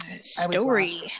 story